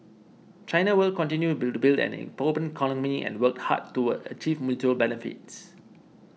China will continue to build an open economy and work hard to achieve mutual benefits